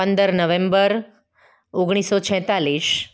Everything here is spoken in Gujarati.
પંદર નવેમ્બર ઓગણીસસો છેંતાલીસ